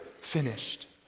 finished